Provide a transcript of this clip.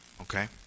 okay